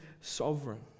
sovereign